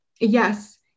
Yes